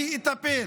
אני אטפל.